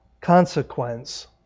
consequence